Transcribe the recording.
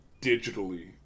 digitally